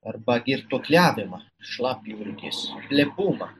arba girtuokliavimą šlapjurgis lepumą